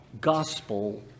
gospel